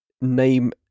name